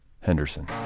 Henderson